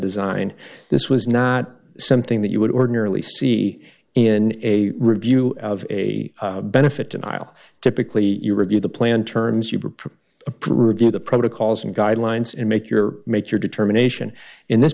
design this was not something that you would ordinarily see in a review of a benefit denial typically you review the plan terms you propose approving the protocols and guidelines and make your make your determination in this